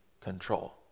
control